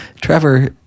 Trevor